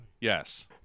yes